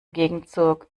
gegenzug